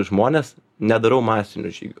žmones nedarau masinių žygių